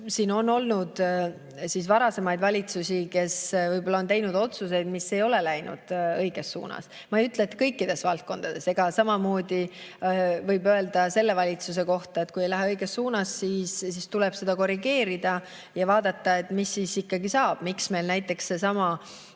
On olnud varasemaid valitsusi, kes võib-olla on teinud otsuseid, mis ei ole läinud õiges suunas. Ma ei ütle, et kõikides valdkondades [on sedasi]. Samamoodi võib öelda ka selle valitsuse kohta, et kui ei lähe õiges suunas, siis tuleb korrigeerida ja vaadata, mis ikkagi saab. Miks meil näiteks tervena elatud